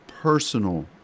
personal